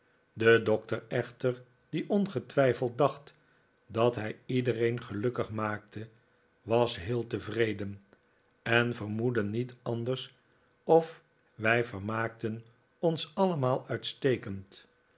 de doctor echter die ongetwijfeld dacht dat hij iedereen gelukkig maakte was heel tevreden en vermoedde niet anders of wij vermaakten ons allemaal uitstekend